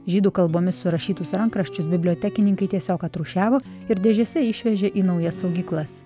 žydų kalbomis surašytus rankraščius bibliotekininkai tiesiog atrūšiavo ir dėžėse išvežė į naujas saugyklas